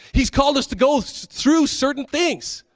he's called us to go through certain things.